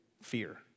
fear